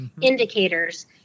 indicators